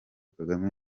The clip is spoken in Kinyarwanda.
kagame